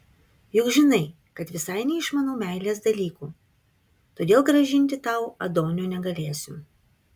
juk žinai kad visai neišmanau meilės dalykų todėl grąžinti tau adonio negalėsiu